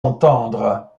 entendre